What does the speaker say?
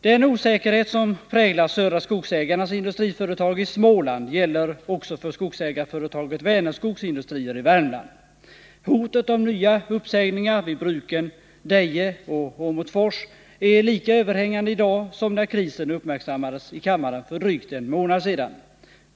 Den osäkerhet som präglar Södra Skogsägarnas industriföretag i Småland gäller också för skogsägarföretaget Vänerskogs industrier i Värmland. Hotet om nya uppsägningar vid bruken Deje och Åmotfors är lika överhängande i dag som när krisen uppmärksammades i kammaren för drygt en månad sedan.